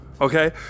Okay